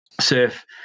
surf –